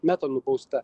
meta nubausta